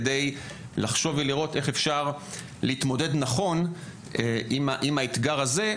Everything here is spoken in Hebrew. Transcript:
כדי לחשוב ולראות איך אפשר להתמודד נכון עם האתגר הזה,